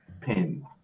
pin